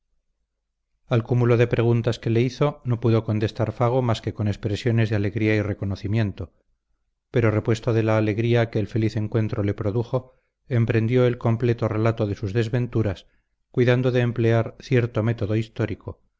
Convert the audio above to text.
al cúmulo de preguntas que le hizo no pudo contestar fago más que con expresiones de alegría y reconocimiento pero repuesto de la alegría que el feliz encuentro le produjo emprendió el completo relato de sus desventuras cuidando de emplear cierto método histórico